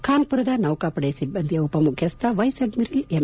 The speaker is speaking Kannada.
ಖಾನ್ಪುರದ ನೌಕಾಪಡೆ ಸಿಬ್ಬಂದಿಯ ಉಪಮುಖ್ಯಸ್ವೆಸ್ ಅಡ್ನಿರಲ್ ಎಂ